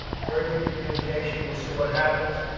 very good communication. we'll see what happens.